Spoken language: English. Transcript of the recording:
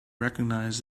recognize